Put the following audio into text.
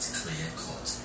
clear-cut